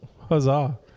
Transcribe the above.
Huzzah